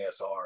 ASR